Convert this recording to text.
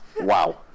Wow